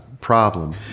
problem